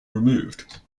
removed